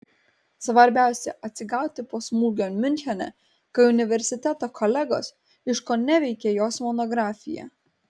svarbiausia atsigauti po smūgio miunchene kai universiteto kolegos iškoneveikė jos monografiją